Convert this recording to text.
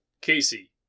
Casey